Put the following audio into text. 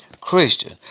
Christian